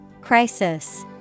Crisis